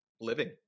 living